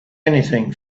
anything